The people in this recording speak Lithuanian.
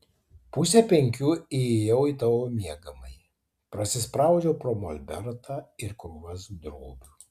pusę penkių įėjau į tavo miegamąjį prasispraudžiau pro molbertą ir krūvas drobių